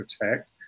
protect